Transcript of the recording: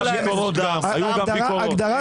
היו גם ביקורות.